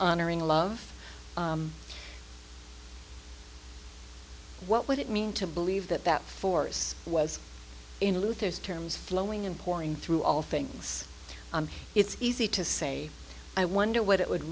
honoring love what would it mean to believe that that force was in luther's terms flowing in point through all things it's easy to say i wonder what it would